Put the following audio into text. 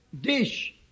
dish